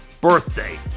birthday